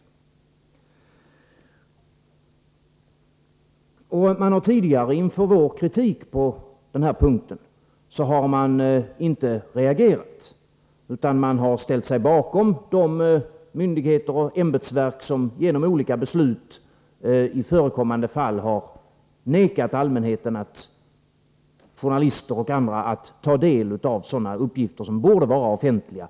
Tidigare har utskottet inte reagerat för vår kritik på den här punkten, utan man har ställt sig bakom de myndigheter och ämbetsverk som genom olika beslut i förekommande fall har vägrat att låta allmänheten — journalister och andra — ta del av sådana uppgifter som borde vara offentliga.